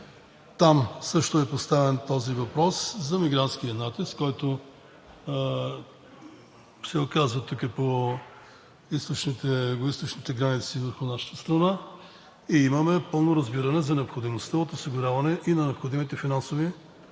Там също е поставен този въпрос за мигрантския натиск, който се оказва тук, по югоизточните граници върху нашата страна. Имаме пълно разбиране за необходимостта от осигуряване и на необходимите финансови